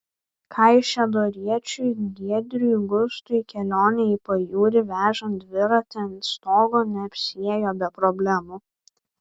kaišiadoriečiui giedriui gustui kelionė į pajūrį vežant dviratį ant stogo neapsiėjo be problemų